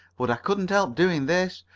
but i couldn't help doing this.